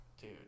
Dude